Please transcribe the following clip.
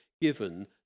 given